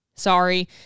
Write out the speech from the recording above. sorry